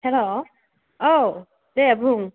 हेल' औ दे बुं